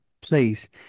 Please